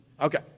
okay